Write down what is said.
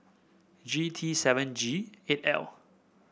three T seven G eight L